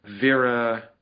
Vera